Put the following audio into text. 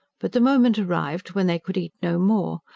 but the moment arrived when they could eat no more,